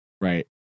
Right